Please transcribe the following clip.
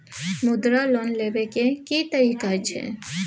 मुद्रा लोन लेबै के की तरीका छै?